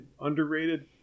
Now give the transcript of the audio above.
underrated